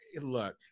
look